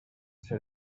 ser